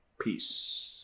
Peace